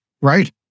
Right